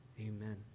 Amen